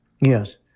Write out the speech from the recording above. Yes